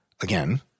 again